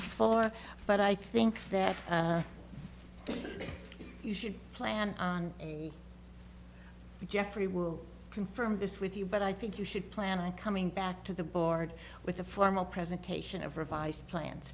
before but i think that you should plan on jeffrey will confirm this with you but i think you should plan on coming back to the board with a formal presentation of revised plan